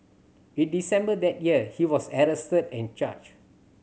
in December that year he was arrested and charged